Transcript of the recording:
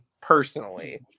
personally